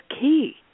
key